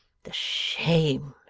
the shame,